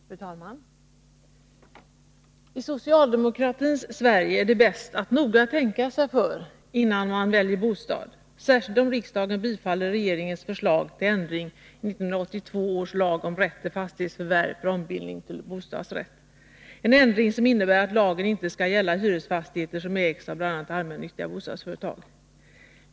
Fru talman! I socialdemokratins Sverige är det bäst att noga tänka sig för innan man väljer bostad, särskilt om riksdagen bifaller regeringens förslag till ändring i 1982 års lag om rätt till fastighetsförvärv för ombildning till bostadsrätt, en ändring som innebär att lagen inte skall gälla hyresfastigheter som ägs av bl.a. allmännyttiga bostadsföretag.